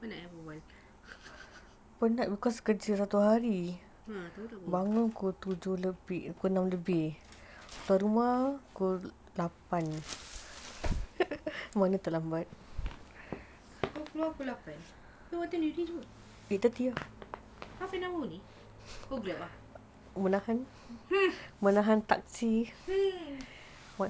penat nak bual-bual tak apa tak apa kau keluar pukul lapan so what time you tidur half and hour only